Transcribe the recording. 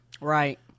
Right